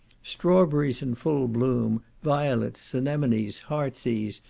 strawberries in full bloom, violets, anemonies, heart's-ease,